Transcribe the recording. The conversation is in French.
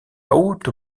haute